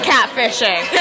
Catfishing